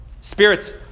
Spirits